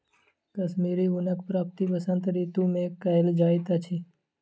कश्मीरी ऊनक प्राप्ति वसंत ऋतू मे कयल जाइत अछि